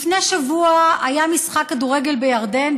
לפני שבוע היה משחק כדורגל בירדן,